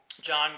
John